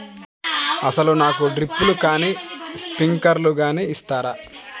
అసలు నాకు డ్రిప్లు కానీ స్ప్రింక్లర్ కానీ ఇస్తారా?